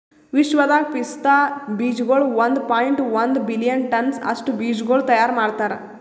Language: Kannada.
ವಿಶ್ವದಾಗ್ ಪಿಸ್ತಾ ಬೀಜಗೊಳ್ ಒಂದ್ ಪಾಯಿಂಟ್ ಒಂದ್ ಮಿಲಿಯನ್ ಟನ್ಸ್ ಅಷ್ಟು ಬೀಜಗೊಳ್ ತೈಯಾರ್ ಮಾಡ್ತಾರ್